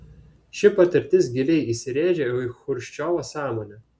ši patirtis giliai įsirėžė į chruščiovo sąmonę